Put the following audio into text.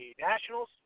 Nationals